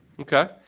okay